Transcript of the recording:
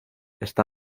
está